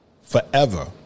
forever